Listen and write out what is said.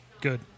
Good